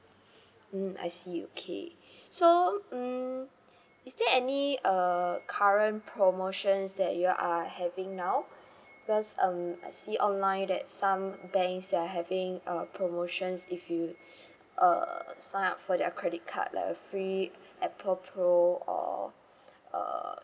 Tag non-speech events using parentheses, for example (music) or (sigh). (breath) mm I see okay so mm is there any uh current promotions that you are having now because um I see online that some banks they're having uh promotions if you uh sign up for their credit card like a free apple pro or uh